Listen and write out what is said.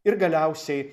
ir galiausiai